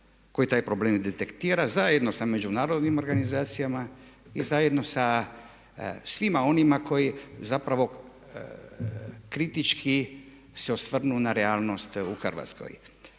koji taj problem detektira zajedno sa međunarodnim organizacijama i zajedno sa svima onima koji zapravo kritički se osvrnu na realnost u Hrvatskoj.